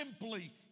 simply